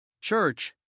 church